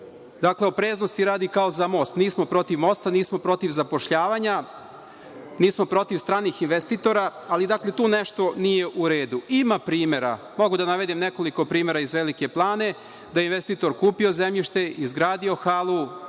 opreznosti radi, kao za most. Nismo protiv mosta, nismo protiv zapošljavanja, nismo protiv stranih investitora, ali, dakle, tu nešto nije u redu. Ima primera, mogu da navedem nekoliko primera iz Velike Plane, da je investitor kupio zemljište, izgradio halu,